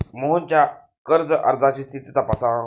मोहनच्या कर्ज अर्जाची स्थिती तपासा